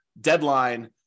deadline